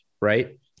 right